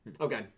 Okay